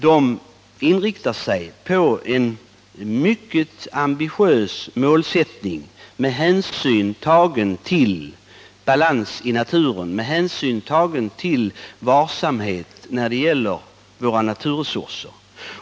De inriktar sig på en mycket ambitiös målsättning med hänsyn tagen till balans i naturen och med hänsyn tagen till varsamhet när det gäller våra naturresurser.